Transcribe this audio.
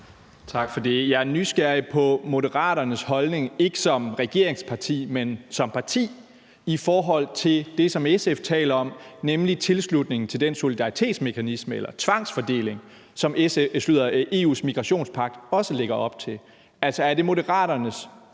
Tak for det. Jeg er nysgerrig på Moderaternes holdning, ikke som regeringsparti, men som parti i forhold til det, som SF taler om, nemlig tilslutningen til den solidaritetsmekanisme eller tvangsfordeling, som EU's migrationspagt også lægger op til. Altså, er det Moderaternes